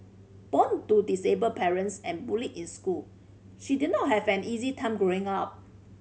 born to disabled parents and bullied in school she did not have an easy time growing up